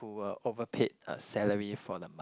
who were over paid a salary for the month